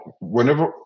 whenever